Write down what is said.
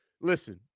listen